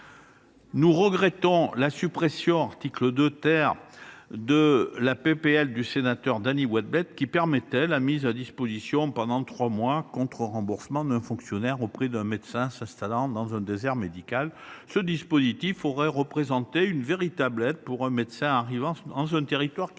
Nous regrettons la suppression de l’article 2 issu de la proposition de loi du sénateur Dany Wattebled, qui permettait la mise à disposition, pendant trois mois et contre remboursement, d’un fonctionnaire auprès d’un médecin s’installant dans un désert médical. Ce dispositif aurait représenté une véritable aide pour un médecin arrivant dans un territoire qu’il